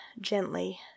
gently